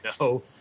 No